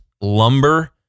lumber